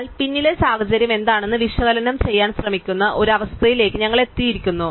എന്നാൽ പിന്നിലെ സാഹചര്യം എന്താണെന്ന് വിശകലനം ചെയ്യാൻ ശ്രമിക്കുന്ന ഒരു അവസ്ഥയിലേക്ക് ഞങ്ങൾ എത്തിയിരിക്കുന്നു